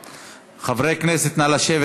חברי הכנסת, נא לשבת.